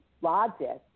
logic